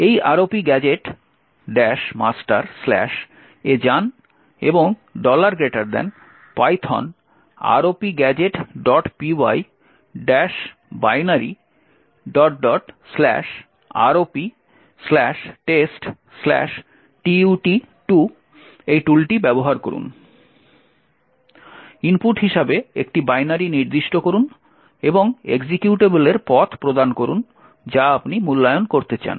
এই ROPGadget master এ যান এবং python ROPgadgetpy -binary ROPtesttut2 টুলটি ব্যবহার করুন ইনপুট হিসাবে একটি বাইনারি নির্দিষ্ট করুন এবং এক্সিকিউটেবলের পথ প্রদান করুন যা আপনি মূল্যায়ন করতে চান